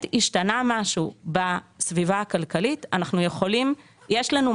השתנה משהו בסביבה הכלכלית יש לנו מענה.